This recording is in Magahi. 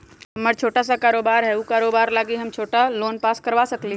हमर छोटा सा कारोबार है उ कारोबार लागी हम छोटा लोन पास करवा सकली ह?